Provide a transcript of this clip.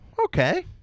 okay